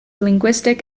linguistic